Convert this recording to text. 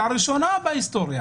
לראשונה בהיסטוריה